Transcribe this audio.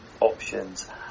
options